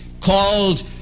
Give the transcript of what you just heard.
called